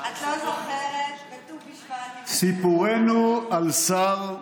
את לא זוכרת, בט"ו בשבט, סיפורנו לנו על שר,